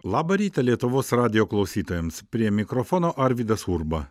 labą rytą lietuvos radijo klausytojams prie mikrofono arvydas urba